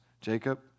Jacob